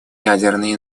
ядерной